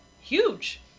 Huge